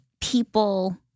people